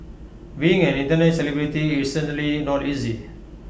being an Internet celebrity is certainly not easy